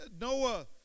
Noah